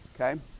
okay